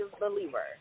Believer